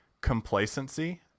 complacency